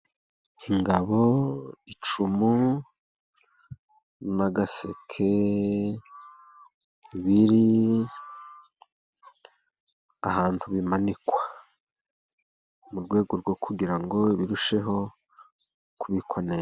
Ingabo, icumu n'agaseke , biri ahantu bimanikwa mu rwego rwo kugira ngo birusheho kubikwa neza.